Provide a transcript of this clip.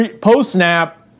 post-snap